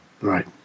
Right